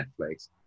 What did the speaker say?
Netflix